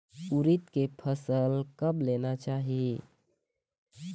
उरीद के फसल कब लेना चाही?